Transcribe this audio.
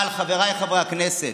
אבל, חבריי חברי הכנסת,